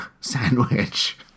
Sandwich